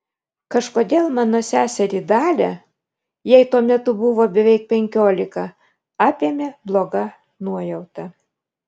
kažkodėl mano seserį dalią jai tuo metu buvo beveik penkiolika apėmė bloga nuojauta